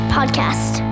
podcast